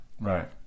right